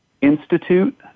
institute